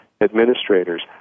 administrators